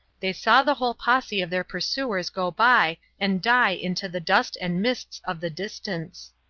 they saw the whole posse of their pursuers go by and die into the dust and mists of the distance.